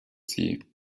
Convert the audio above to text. sie